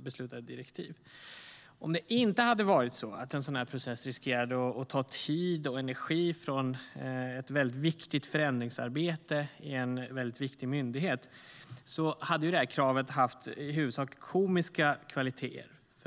beslutade direktiv. Om det inte fanns risk att en sådan process tar tid och energi från ett mycket viktigt förändringsarbete i en mycket viktig myndighet skulle det här kravet i huvudsak ha komiska kvaliteter.